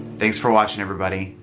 thanks for watching everybody.